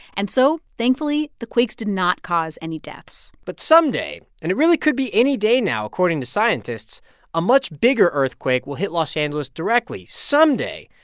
and so, thankfully, the quakes did not cause any deaths but someday and it really could be any day now, according to scientists a much bigger earthquake will hit los angeles directly. someday,